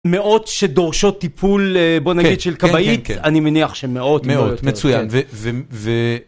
מאות שדורשות טיפול, בוא נגיד של כבאית, אני מניח שמאות. מאות. מצוין. ו..